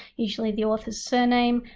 usually the author's surname,